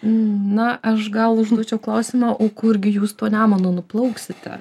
na aš gal užduočiau klausimą o kurgi jūs tuo nemunu nuplauksite